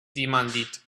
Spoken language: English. demanded